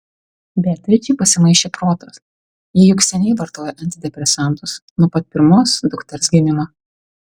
beatričei pasimaišė protas ji juk seniai vartoja antidepresantus nuo pat pirmos dukters gimimo